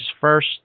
first